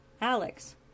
Alex